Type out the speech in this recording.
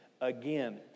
again